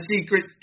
secret